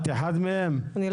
את אחת מהם?